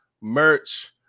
merch